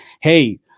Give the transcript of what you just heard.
Hey